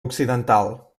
occidental